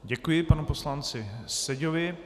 Děkuji panu poslanci Seďovi.